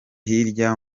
hirya